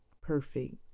perfect